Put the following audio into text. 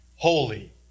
Holy